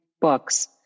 books